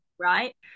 right